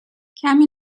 کمی